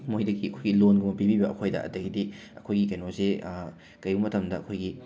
ꯃꯣꯏꯗꯒꯤ ꯑꯩꯈꯣꯏ ꯂꯣꯟꯒꯨꯝꯕ ꯄꯤꯕꯤꯕ ꯑꯩꯈꯣꯏꯗ ꯑꯗꯒꯤꯗꯤ ꯑꯩꯈꯣꯏꯒꯤ ꯀꯩꯅꯣꯁꯤ ꯀꯩꯒꯨꯝꯕ ꯃꯇꯝꯗ ꯑꯩꯈꯣꯏꯒꯤ